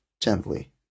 gently